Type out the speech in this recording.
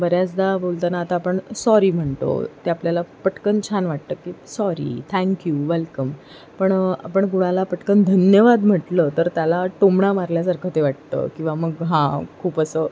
बऱ्याचदा बोलताना आता आपण सॉरी म्हणतो ते आपल्याला पटकन छान वाटतं की सॉरी थँक्यू वेलकम पण आपण कोणाला पटकन धन्यवाद म्हटलं तर त्याला टोमणा मारल्यासारखं ते वाटतं किंवा मग हां खूप असं